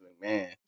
Man